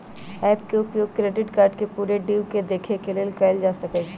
app के उपयोग credit card के पूरे ड्यू के देखे के लेल कएल जा सकइ छै